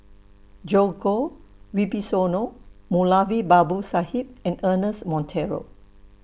Djoko Wibisono Moulavi Babu Sahib and Ernest Monteiro